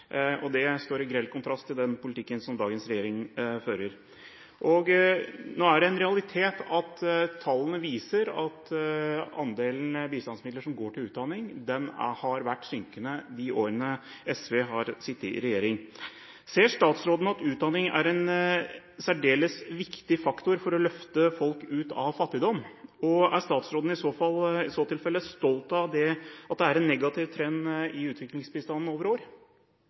fattigdom. Det står i grell kontrast til den politikken som dagens regjering fører. Nå er det en realitet at tallene viser at andelen bistandsmidler som går til utdanning, har vært synkende i løpet av de årene SV har sittet i regjering. Ser statsråden at utdanning er en særdeles viktig faktor for å løfte folk ut av fattigdom? Er statsråden i så tilfelle stolt av at det er en negativ trend i utviklingsbistanden over år?